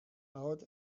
out